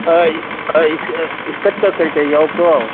ꯏꯁꯀ꯭ꯔꯠꯀ ꯀꯔꯤ ꯀꯔꯤ ꯌꯥꯎꯕ꯭ꯔꯣ